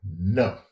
no